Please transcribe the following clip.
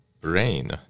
brain